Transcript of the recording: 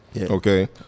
Okay